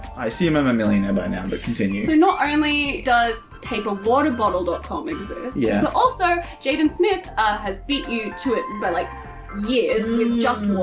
i assume i'm a millionaire by now but continue. so not only does paperwaterbottles dot com exist, yeah but also jaden smith has beat you to it by like years with just water.